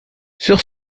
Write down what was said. sur